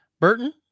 Burton